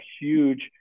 huge